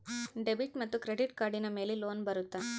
Debit ಮತ್ತು credit ಕಾರ್ಡಿನ ಮೇಲೆ ಲೋನ್ ಬರುತ್ತಾ?